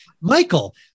Michael